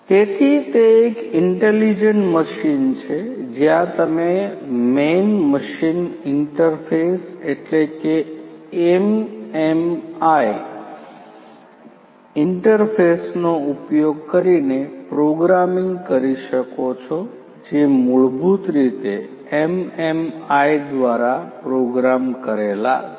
તેથી તે એક ઇન્ટેલેજન્ટ મશીન છે જ્યાં તમે મેન મશીન ઇંટરફેસ એટલે કે એમએમઆઈ ઇન્ટરફેસનો ઉપયોગ કરીને પ્રોગ્રામિંગ કરી શકો છો જે મૂળભૂત રીતે એમએમઆઈ દ્વારા પ્રોગ્રામ કરેલા છે